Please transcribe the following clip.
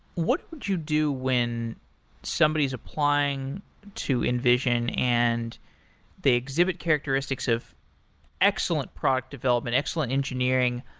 what would you do when somebody's applying to invision and they exhibit characteristics of excellent product development, excellent engineering,